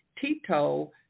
Tito